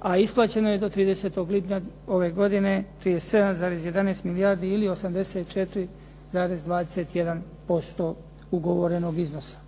a isplaćeno je do 30. lipnja ove godine 37,11 milijardi ili 84,21% ugovorenog iznosa.